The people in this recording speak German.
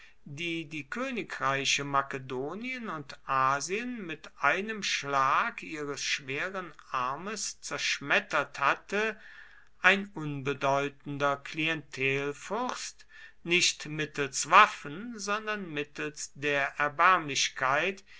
die die königreiche makedonien und asien mit einem schlag ihres schweren armes zerschmettert hatte ein unbedeutender klientelfürst nicht mittels waffen sondern mittels der erbärmlichkeit